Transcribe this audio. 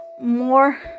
more